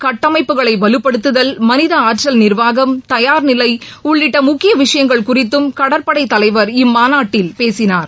கட்டமைப்புகளைவலுப்படுத்துதல் மனிதஆற்றல் நிர்வாகம் தயார்நிலை திறன் உள்ளிட்டமுக்கியவிஷயங்கள் குறித்தும் கடற்படை தலைவர் இம்மாநாட்டில் பேசினார்